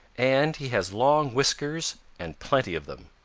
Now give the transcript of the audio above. and he has long whiskers and plenty of them.